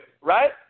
right